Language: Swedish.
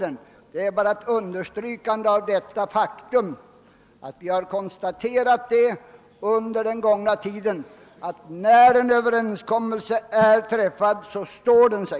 Det gäller bara ett understrykande av det faktum att vi under den gångna tiden konstaterat, att när en överenskommelse är träffad så står den sig.